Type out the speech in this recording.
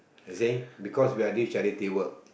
you see because we are doing charity work